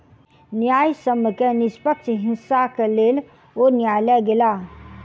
न्यायसम्य के निष्पक्ष हिस्साक लेल ओ न्यायलय गेला